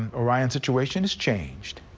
ah ryan situation has changed.